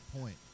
point